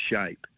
shape